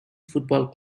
football